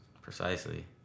precisely